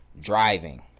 driving